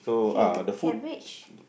here cabbage